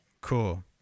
Cool